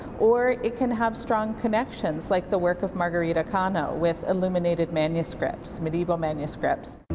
or it can have strong connections, like the work of margarita cano with illuminated manuscripts, medieval manuscripts.